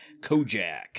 kojak